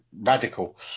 radical